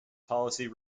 policy